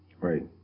Right